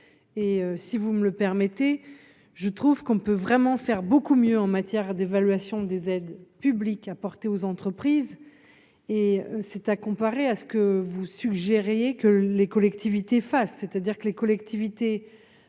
et, si vous me le permettez, je trouve qu'on peut vraiment faire beaucoup mieux en matière d'évaluation des aides publiques apportées aux entreprises et c'est à comparé à ce que vous suggérez que les collectivités face, c'est-à-dire que les collectivités,